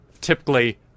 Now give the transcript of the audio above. typically